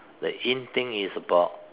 the in thing is about